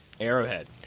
Arrowhead